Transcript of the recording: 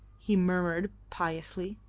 he murmured piously.